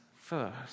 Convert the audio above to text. first